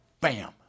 bam